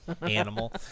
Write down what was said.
animal